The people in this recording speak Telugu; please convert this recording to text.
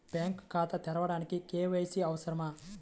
బ్యాంక్ ఖాతా తెరవడానికి కే.వై.సి అవసరమా?